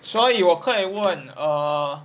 所以我可以问 err